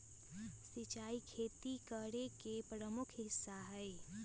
सिंचाई खेती करे के प्रमुख हिस्सा हई